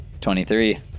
23